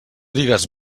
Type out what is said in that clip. digues